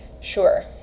Sure